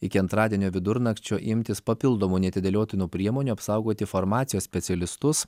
iki antradienio vidurnakčio imtis papildomų neatidėliotinų priemonių apsaugoti farmacijos specialistus